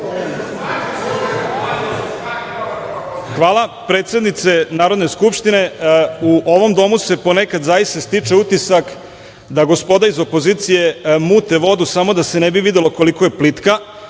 Predsednice Narodne skupštine, u ovom domu se ponekad zaista stiče utisak da gospoda iz opozicije mute vodu, samo da se ne bi videlo koliko je plitka. Ja